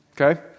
Okay